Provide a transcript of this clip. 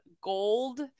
gold